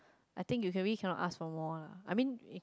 I think you can we cannot ask for more lah I mean